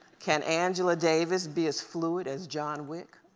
can angela davis be as fluid as john wick?